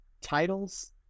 titles